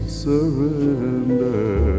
surrender